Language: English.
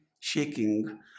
shaking